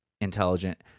intelligent